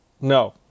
No